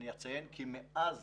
אני אציין כי מאז